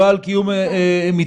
לא על קיום מצוות.